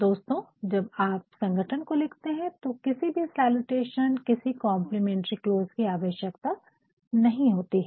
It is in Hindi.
दोस्तों जब आप संगठन को लिखते है तो किसी भी सैलूटेशन किसी कम्प्लीमेंटरी क्लोज की आवश्यकता नहीं होती है